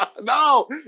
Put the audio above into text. no